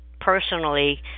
personally